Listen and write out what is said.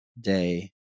day